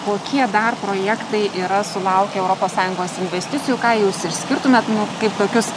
kokie dar projektai yra sulaukę europos sąjungos investicijų ką jūs išskirtumėt nu kaip tokius